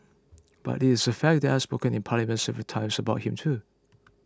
but it is a fact that I have spoken in parliament several times about him too